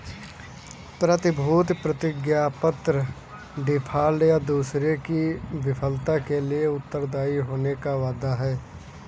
प्रतिभूति प्रतिज्ञापत्र डिफ़ॉल्ट, या दूसरे की विफलता के लिए उत्तरदायी होने का वादा है